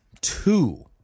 two